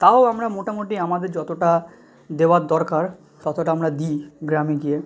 তাও আমরা মোটামোটি আমাদের যতোটা দেওয়ার দরকার ততটা আমরা দিই গ্রামে গিয়ে